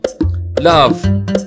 love